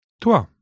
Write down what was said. Toi